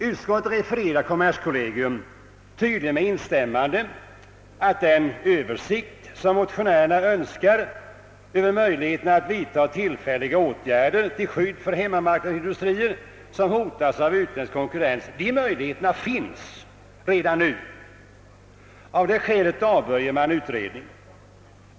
Utskottet refererar till kommerskollegiums yttrande — tydligen med instämmande — och menar att den »översikt som motionärerna önskar över möjligheterna att vidtaga tillfälliga åtgärder till skydd för hemmamarknadsindustrier som hotas av utländsk konkurrens» redan är gjord i detta remissvar. Av det skälet avstyrker man utredning.